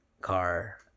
car